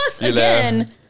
again